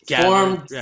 formed